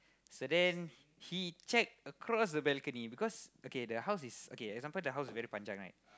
so then he check across the balcony because okay the house is okay for example the house is very panjang right